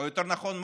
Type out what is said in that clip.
או יותר נכון,